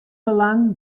belang